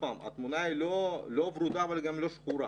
התמונה היא לא ורודה אבל גם לא שחורה,